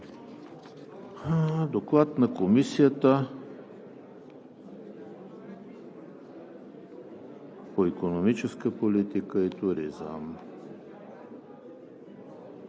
Докладът на Комисията по икономическа политика и туризъм